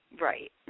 Right